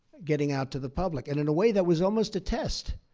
getting out to the public. and in a way, that was almost a test.